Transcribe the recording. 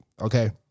okay